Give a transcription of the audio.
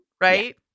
Right